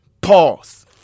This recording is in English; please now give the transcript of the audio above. Pause